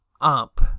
up